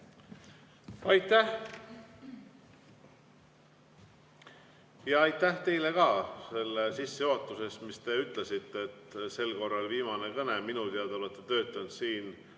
Aitäh! Aitäh teile ka selle sissejuhatuse eest, mis te tegite, et sel korral viimane kõne. Minu teada te olete töötanud siin